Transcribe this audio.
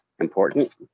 Important